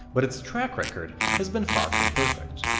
but its track record has been far from perfect.